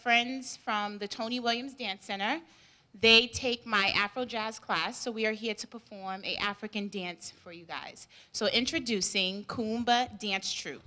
friends from the tony williams dance center they take my afro jazz class so we are here to perform the african dance for you guys so introducing dance tr